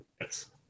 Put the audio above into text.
yes